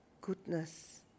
goodness